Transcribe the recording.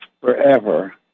forever